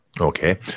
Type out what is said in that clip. okay